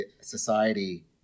society